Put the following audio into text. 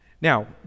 Now